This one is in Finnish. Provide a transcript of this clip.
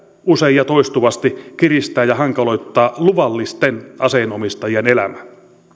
usein ja toistuvasti kiristää ja hankaloittaa luvallisten aseenomistajien elämää